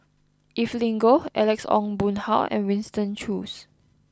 Evelyn Goh Alex Ong Boon Hau and Winston Choos